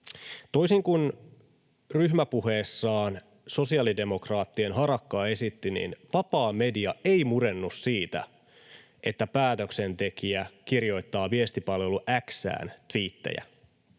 toisin kuin ryhmäpuheessaan sosiaalidemokraattien Harakka esitti, niin vapaa media ei murennu siitä, että päätöksentekijä kirjoittaa viestipalvelu X:ään tviittejä.